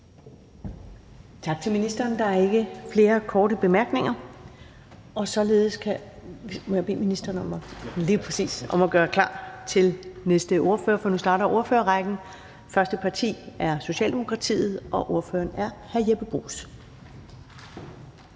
Tak til ministeren. Der er ikke flere korte bemærkninger til ministeren. Må jeg bede ministeren om at gøre klar til den næste ordfører? Lige præcis – tak. For nu starter ordførerrækken. Det første parti er Socialdemokratiet, og ordføreren er hr. Jeppe Bruus.